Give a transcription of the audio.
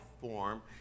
form